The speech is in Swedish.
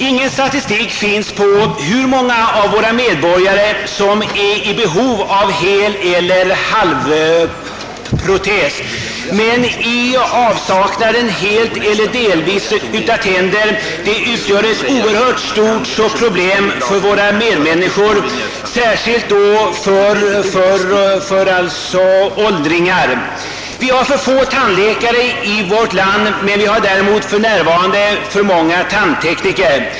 Ingen statistik finns på hur många av våra medborgare som är i behov av heleller halvprotes, men avsaknaden helt eller delvis av tänder utgör ett oerhört stort problem för våra medmänniskor, särskilt åldringarna. Vi har inte tillräckligt med tandläkare i vårt land, men däremot för närvarande för många tandtekniker.